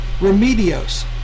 Remedios